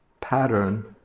pattern